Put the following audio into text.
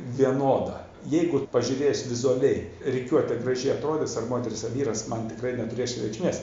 vienoda jeigu pažiūrėjus vizualiai rikiuotė gražiai atrodys ar moteris ar vyras man tikrai neturės čia reikšmės